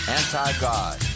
anti-God